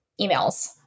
emails